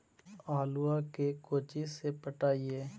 आलुआ के कोचि से पटाइए?